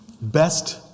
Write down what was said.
Best